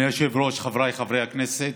אדוני היושב-ראש, חבריי חברי הכנסת,